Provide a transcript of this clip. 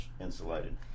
insulated